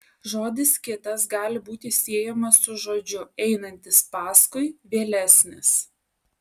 žodis kitas gali būti siejamas su žodžiu einantis paskui vėlesnis